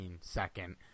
second